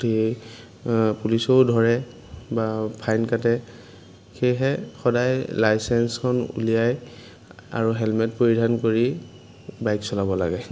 পুলিচেও ধৰে বা ফাইন কাটে সেয়েহে সদায় লাইচেঞ্চখন উলিয়াই আৰু হেলমেট পৰিধান কৰি বাইক চলাব লাগে